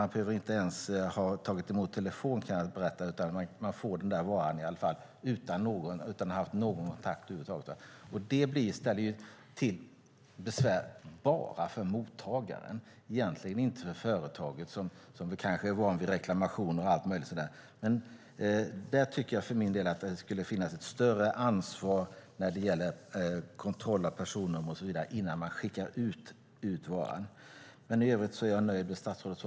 Man behöver inte ens ha tagit emot telefonsamtal, kan jag berätta, utan man får varan utan att ha haft någon kontakt över huvud taget. Det ställer egentligen bara till besvär för mottagaren och inte för företagen, som kanske är vana vid reklamationer och allt möjligt sådant. Jag tycker för min del att det skulle finnas ett större ansvar när det gäller kontroll av personnummer och så vidare innan man skickar ut varan. Men i övrigt är jag nöjd med statsrådets svar.